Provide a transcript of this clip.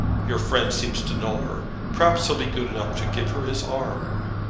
your friend seems to know her perhaps he'll be good enough to give her his arm.